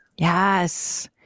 Yes